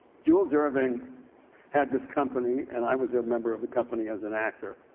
jules irving had this company, and i was a member of the company as an actor.